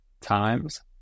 times